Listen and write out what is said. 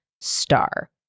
star